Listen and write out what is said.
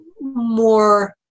more